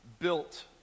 built